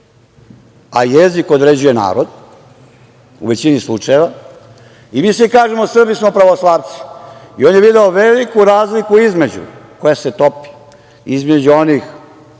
a jezik određuje narod u većini slučajeva. Mi svi i kažemo da su Srbi pravoslavci i on je video veliku razliku koja se topi između onih